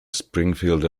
springfield